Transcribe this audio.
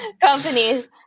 companies